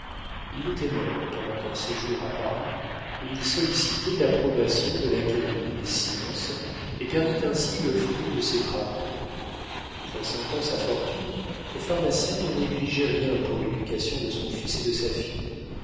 il était mort pendant un séjour à paris où il sollicitait l'approbation de l'académie des sciences et perdit ainsi le fruit de ses travaux pressentant sa fortune le pharmacien ne négligeait rien pour l'éducation de son fils et de sa fille